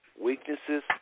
Weaknesses